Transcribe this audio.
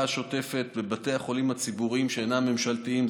השוטפת בבתי החולים הציבוריים שאינם ממשלתיים.